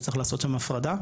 וצריך לעשות שם הפרדה.